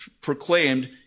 proclaimed